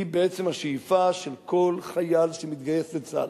זו בעצם השאיפה של כל חייל שמתגייס לצה"ל,